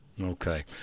Okay